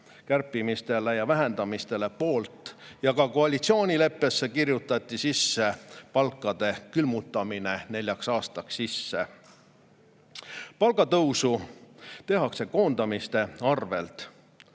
kärpimiste ja vähendamiste poolt ja ka koalitsioonileppesse kirjutati sisse palkade külmutamine neljaks aastaks. Palgatõus tehti koondamiste arvelt